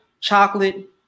chocolate